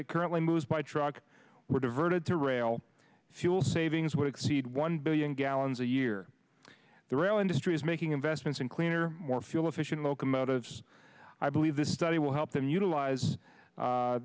that currently moves by truck were diverted to rail fuel savings would exceed one billion gallons a year the rail industry is making investments in cleaner more fuel efficient locomotives i believe this study will help them utilize